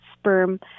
sperm